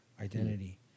identity